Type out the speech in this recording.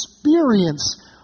experience